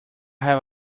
have